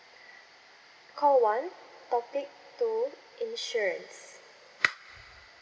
call one topic two insurance